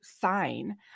sign